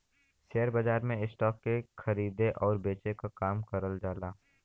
share बाजार में stock के खरीदे आउर बेचे क काम करल जाला